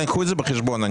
קחו בחשבון,